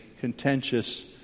contentious